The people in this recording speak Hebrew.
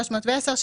310,